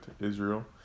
Israel